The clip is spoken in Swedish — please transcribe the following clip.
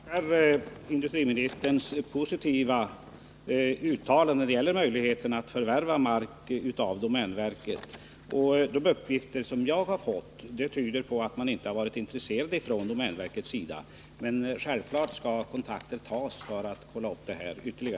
Herr talman! Jag tackar för industriministerns positiva uttalande när det gäller möjligheten att förvärva mark av domänverket. De uppgifter som jag har fått tyder på att domänverket inte visat något intresse i det här sammanhanget, men självfallet skall kontakter tas för ytterligare kontroll av detta.